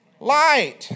Light